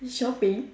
shopping